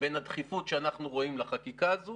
בין הדחיפות שאנחנו רואים לחקיקה הזו